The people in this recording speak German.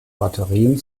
batterien